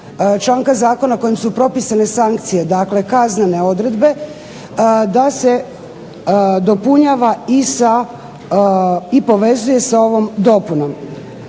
članka zakona kojim su propisane sankcije, dakle kaznene odredbe, da se dopunjava i povezuje sa ovom dopunom.